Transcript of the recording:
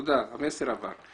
תודה רבה.